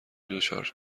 دچار